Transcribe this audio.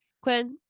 quinn